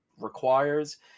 requires